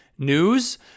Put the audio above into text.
news